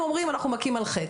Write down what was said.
הם אומרים שהיום הם מכים על חטא".